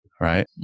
right